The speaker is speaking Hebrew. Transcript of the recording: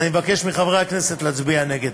אני מבקש מחברי הכנסת להצביע נגד.